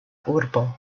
urbo